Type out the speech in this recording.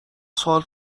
سوال